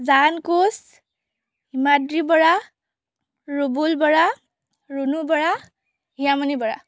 জান কোচ হিমাদ্ৰী বৰা ৰুবুল বৰা ৰুণু বৰা হিয়ামণি বৰা